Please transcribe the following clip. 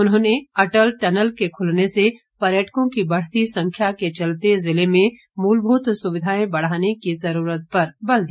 उन्होंने अटल टनल के खुलने से पर्यटकों की बढ़ती संख्या के चलते जिले में मूलभूत सुविधाएं बढ़ाने की जरूरत पर बल दिया